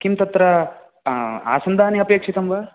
किं तत्र आसन्दानि अपेक्षितं वा